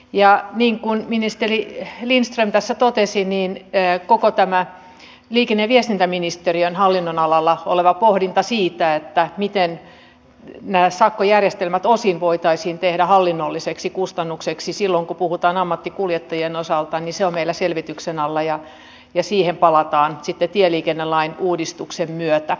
niin kuin ministeri lindström tässä totesi koko tästä liikenne ja viestintäministeriön hallinnonalalla olevasta pohdinnasta miten nämä sakkojärjestelmät osin voitaisiin tehdä hallinnolliseksi kustannukseksi silloin kun puhutaan ammattikuljettajien osalta se on meillä selvityksen alla ja siihen palataan sitten tieliikennelain uudistuksen myötä